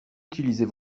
utiliser